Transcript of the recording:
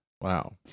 Wow